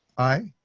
aye.